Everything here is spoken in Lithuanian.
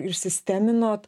ir sisteminot